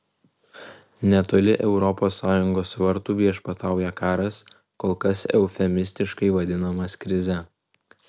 netoli europos sąjungos vartų viešpatauja karas kol kas eufemistiškai vadinamas krize